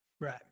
Right